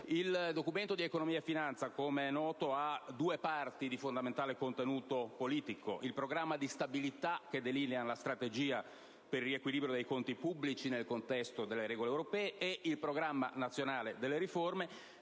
Il Documento di economia e finanza, com'è noto, ha due parti di fondamentale contenuto politico: il Programma di stabilità, che delinea la strategia per il riequilibrio dei conti pubblici nel contesto delle regole europee, e il Programma nazionale di riforma,